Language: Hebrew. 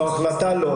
לא,